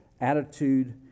attitude